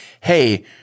hey